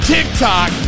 TikTok